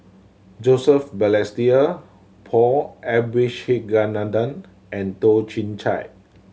Joseph Balestier Paul Abisheganaden and Toh Chin Chye